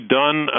done